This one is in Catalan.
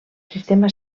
sistema